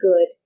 good